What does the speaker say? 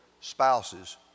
spouses